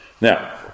now